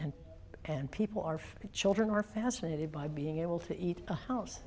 and and people our children are fascinated by being able to eat a house